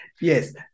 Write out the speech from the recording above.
Yes